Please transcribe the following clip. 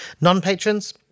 non-patrons